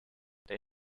they